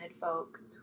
folks